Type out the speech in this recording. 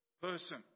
person